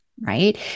right